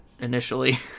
initially